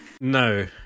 No